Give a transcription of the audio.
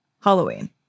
Halloween